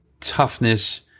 toughness